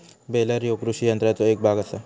baler ह्यो कृषी यंत्राचो एक भाग आसा